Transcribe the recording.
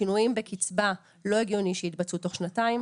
שינויים בקצבה, לא הגיוני שיתבצעו תוך שנתיים